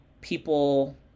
people